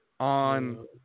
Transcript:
on